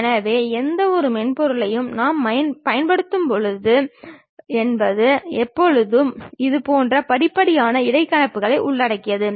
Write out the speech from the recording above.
எனவே எந்தவொரு மென்பொருளையும் நாம் பயன்படுத்துகிறோம் என்பது எப்போதுமே இதுபோன்ற படிப்படியான இடைக்கணிப்புகளை உள்ளடக்கியது